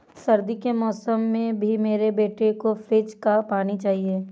सर्दी के मौसम में भी मेरे बेटे को फ्रिज का पानी चाहिए